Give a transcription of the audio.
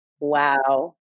Wow